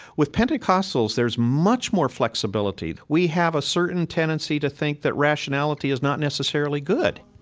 with pentecostals, there's much more flexibility. we have a certain tendency to think that rationality is not necessarily good